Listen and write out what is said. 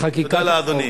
בחקיקת החוק, תודה לאדוני.